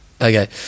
Okay